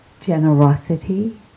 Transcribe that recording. generosity